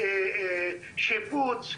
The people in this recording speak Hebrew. שיפוץ,